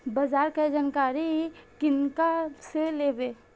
बाजार कै जानकारी किनका से लेवे?